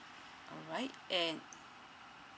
all right and